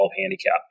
handicap